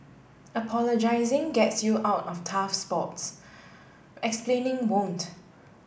apologising gets you out of tough spots explaining won't